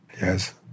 Yes